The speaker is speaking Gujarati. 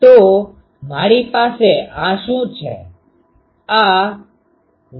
તો મારી પાસે આ શું છે આ આ આ આ V2